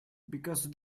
because